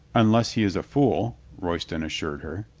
unless he is a fool, royston assured her.